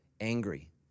angry